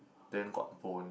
then got bone